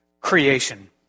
creation